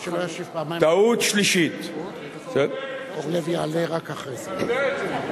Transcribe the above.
זו טעות קשה, אתה יודע את זה.